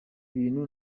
bintu